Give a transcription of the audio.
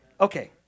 Okay